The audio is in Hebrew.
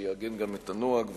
שיעגן גם את הנוהג והנוהל,